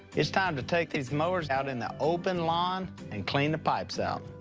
it's time to take these mowers out in the open lawn and clean the pipes out.